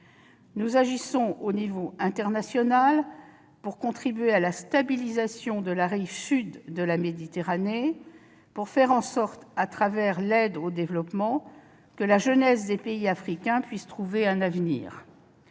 Nous agissons à l'échelon international pour contribuer à la stabilisation de la rive sud de la Méditerranée et pour faire en sorte, au travers de l'aide au développement, que la jeunesse des pays africains puisse trouver un avenir.